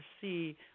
see